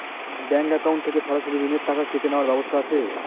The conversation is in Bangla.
ব্যাংক অ্যাকাউন্ট থেকে সরাসরি ঋণের টাকা কেটে নেওয়ার ব্যবস্থা আছে?